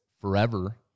forever